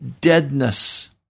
deadness